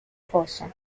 foso